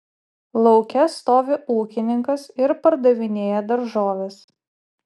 lauke stovi ūkininkas ir pardavinėja daržoves